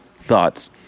thoughts